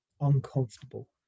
uncomfortable